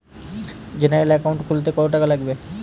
General account খুলতে কত টাকা লাগবে?